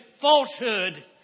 falsehood